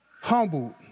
humbled